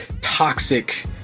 toxic